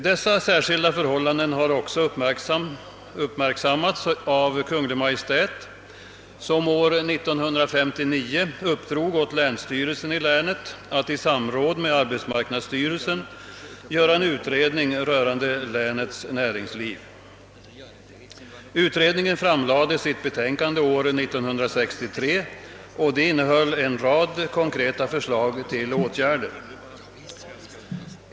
Dessa särskilda förhållanden har också uppmärksammats av Kungl. Maj:t, som år 1959 uppdrog åt länsstyrelsen i länet att i samråd med arbetsmarknadsstyrelsen göra en utredning rörande länets näringsliv. Utredningen framlade sitt betänkande år 1963, och det innehöll en rad konkreta förslag till åtgärder.